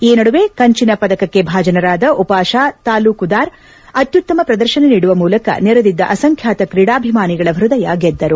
ಈ ನಡುವೆ ಕಂಚಿನ ಪದಕಕ್ಕೆ ಭಾಜನರಾದ ಉಪಾಶ ತಾಲೂಕುದಾರ್ ರವರು ಅತ್ಯುತ್ತಮ ಪ್ರದರ್ಶನ ನೀಡುವ ಮೂಲಕ ನೆರದಿದ್ದ ಅಸಂಖ್ಯಾತ ಕ್ರೀಡಾಭಿಮಾನಿಗಳ ಹೃದಯ ಗೆದ್ದರು